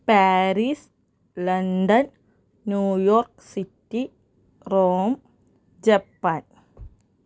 Paris London New York city Rome Japan